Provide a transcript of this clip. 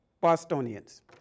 Bostonians